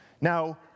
Now